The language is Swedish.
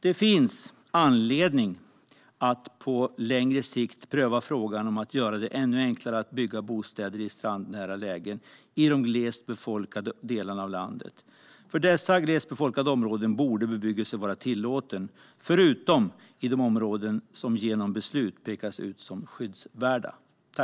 Det finns anledning att på längre sikt pröva frågan om att göra det ännu enklare att bygga bostäder i strandnära lägen i de glest befolkade delarna av landet. För dessa glest befolkade områden borde bebyggelse vara tillåten, utom i de områden som genom beslut pekas ut som skyddsvärda.